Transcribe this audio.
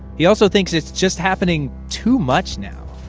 he also thinks it's just happening too much now